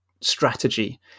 strategy